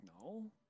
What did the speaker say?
no